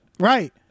right